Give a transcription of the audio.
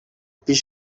پیش